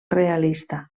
realista